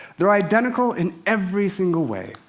they're identical in every single way.